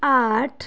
آٹھ